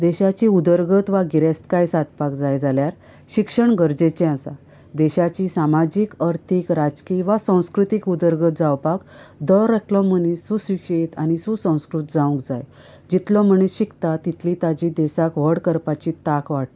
देशाची उदरगत वा गिरेस्तकाय सादपाक जाय जाल्यार शिक्षण गरजेचे आसा देशाची सामाजीक अर्थीक वा राजकी जावं सांस्कृतीक उदरगत जावपाक दर एकलो मनीस सुशिक्षित आनी सुसंस्कृत जावंक जाय जितलो मनीस शिकता तितलीच ताची देशाक व्हड करपाची तांक वाडटा